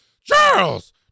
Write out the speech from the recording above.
Charles